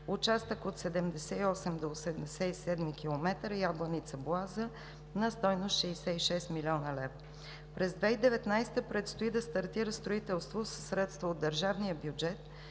участък от 78 до 87 км Ябланица – Боаза, на стойност 66 млн. лв. През 2019 г. предстои да стартира строителство със средства от държавния бюджет